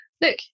look